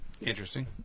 Interesting